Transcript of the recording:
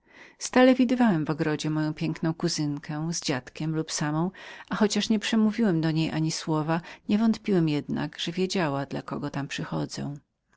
zawsze widywałem w ogrodzie piękną sarę z dziadkiem swoim lub samą a chociaż nie przemówiłem do niej ani słowa niewątpiłam jednak że wiedziała dla kogo tam